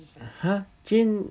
ha chain